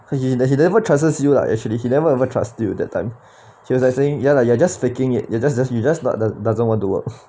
he he never trusts you lah actually he never ever trust you that time he was like saying ya lah you're just faking it you just you just you just not doesn't want to work